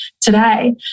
today